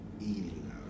eating